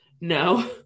no